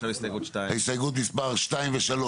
עכשיו הסתייגות 2. הסתייגות מספק 2 ו-3,